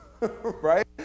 right